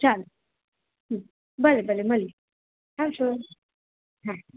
ચાલો હં ભલે ભલે મળીએ આવજો હા